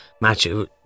Matthew